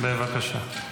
בבקשה.